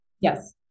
Yes